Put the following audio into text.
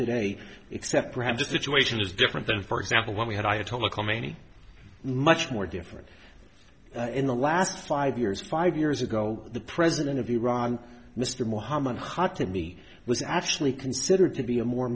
today except perhaps a situation is different than for example when we had ayatollah khomeini much more different in the last five years five years ago the president of iran mr mohammed hard to me was actually considered to be a more